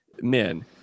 men